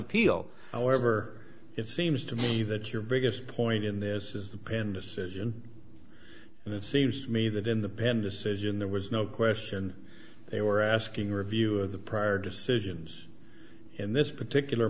appeal however it seems to me that your biggest point in this is the pen decision and it seems to me that in the pen decision there was no question they were asking review of the prior decisions in this particular